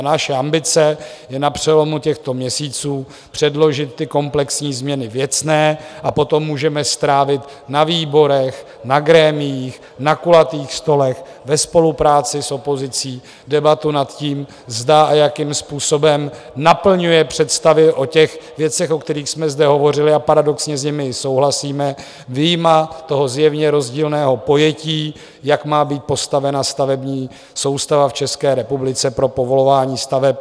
Našem ambice je na přelomu těchto měsíců předložit ty komplexní změny věcné a potom můžeme strávit na výborech, na grémiích, na kulatých stolech, ve spolupráci s opozicí debatu nad tím, zda a jakým způsobem naplňuje představy o těch věcech, o kterých jsme zde hovořili, a paradoxně s nimi i souhlasíme, vyjma toho zjevně rozdílného pojetí, jak má být postavena stavební soustava v České republice pro povolování staveb.